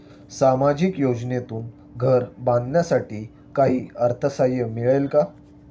सामाजिक योजनेतून घर बांधण्यासाठी काही अर्थसहाय्य मिळेल का?